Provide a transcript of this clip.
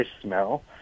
smell